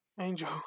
Angel